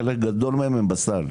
חלק גדול מהם הם בסל,